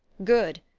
good.